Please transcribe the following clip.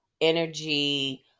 energy